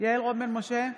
יעל רון בן משה,